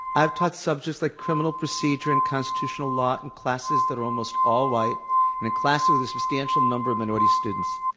i've taught subjects like criminal procedure and constitutional law in and classes that are almost all white and in classes with a substantial number of minority students.